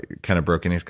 kind of broken, he's